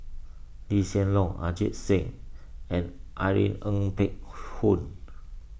Lee Hsien Loong Ajit Singh and Irene Ng Phek Hoong